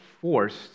forced